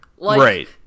right